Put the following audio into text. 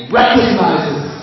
recognizes